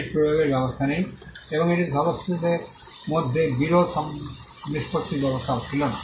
এটির প্রয়োগের ব্যবস্থা নেই এবং এটিতে সদস্যদের মধ্যে বিরোধ নিষ্পত্তি ব্যবস্থাও ছিল না